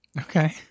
Okay